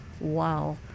wow